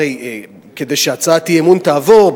הרי כדי שהצעת אי-אמון תעבור,